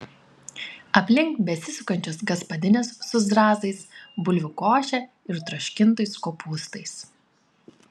aplink besisukančios gaspadinės su zrazais bulvių koše ir troškintais kopūstais